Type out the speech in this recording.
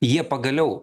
jie pagaliau